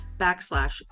backslash